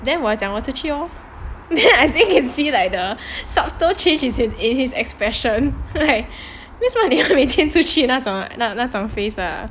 then 我讲我出去哦 then I think can see like the subtle changes in in his expression like 为什么你要每天出去那种那那种 face lah